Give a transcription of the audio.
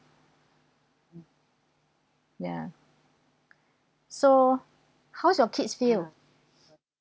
ya so how's your kids feel